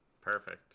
perfect